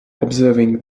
observing